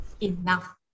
enough